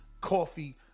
coffee